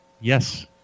Yes